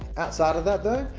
outside of that, though,